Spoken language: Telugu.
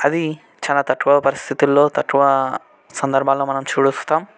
అది చాలా తక్కువ పరిస్థితులలో తక్కువ సందర్భాల్లో మనం చూస్తాము